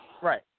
Right